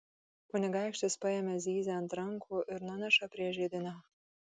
kunigaikštis paima zyzią ant rankų ir nuneša prie židinio